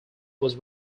was